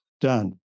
Done